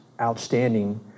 outstanding